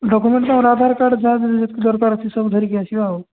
document ତୁମର Aadhaar card ଯାହା ଯେତିକି ଦରକାର ଅଛି ସବୁ ଧରିକି ଆସିବ ଆଉ